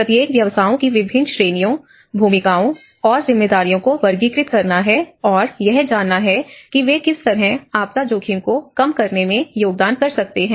प्रत्येक व्यवसाओं की विभिन्न श्रेणियों भूमिकाओं और जिम्मेदारियों को वर्गीकृत करना है और यह जानना है कि वे किस तरह आपदा जोखिम को कम करने में योगदान कर सकते हैं